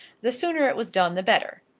the sooner it was done the better.